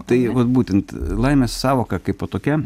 tai vat būtent laimės sąvoka kaipo tokia